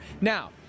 Now